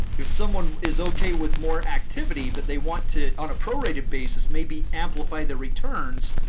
if someone is ok with more activity, but they want to on a pro-rated basis maybe amplified the returns,